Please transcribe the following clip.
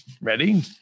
ready